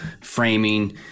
framing